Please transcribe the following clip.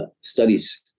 studies